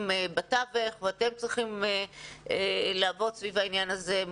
בתווך ואתם צריכים לעבוד סביב העניין הזה.